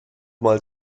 mal